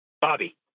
Bobby